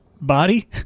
body